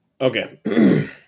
Okay